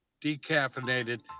decaffeinated